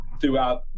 throughout